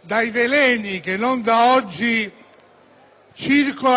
dai veleni che non da oggi circolano intorno a questa vicenda.